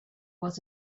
was